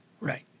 Right